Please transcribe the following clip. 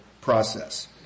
process